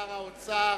לשר האוצר.